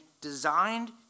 designed